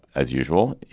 as usual,